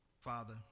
father